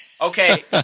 Okay